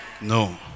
No